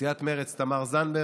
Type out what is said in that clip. מסיעת מרצ: תמר זנדברג,